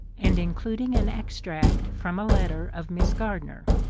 and including an extract from a letter of miss gardner,